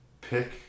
Pick